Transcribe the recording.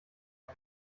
ein